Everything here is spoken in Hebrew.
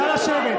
נא לשבת.